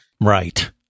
right